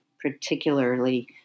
particularly